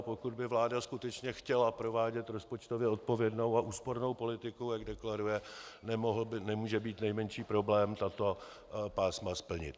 A pokud by vláda skutečně chtěla provádět rozpočtově odpovědnou a úspornou politiku, jak deklaruje, nemůže být nejmenší problém tato pásma splnit.